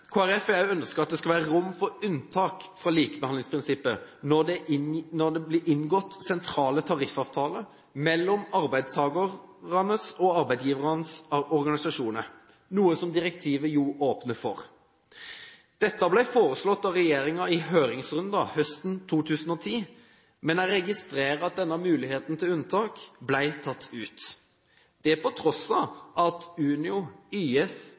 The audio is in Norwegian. har også ønsket at det skal være rom for unntak fra likebehandlingsprinsippet når det blir inngått sentrale tariffavtaler mellom arbeidstakernes og arbeidsgivernes organisasjoner, noe direktivet åpner for. Dette ble foreslått av regjeringen i høringsrunden høsten 2010, men jeg registrerer at denne muligheten til unntak ble tatt ut – det på tross av at Unio, YS,